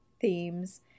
themes